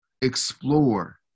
Explore